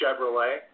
Chevrolet